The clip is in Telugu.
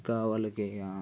ఇంకా వాళ్ళకి ఇక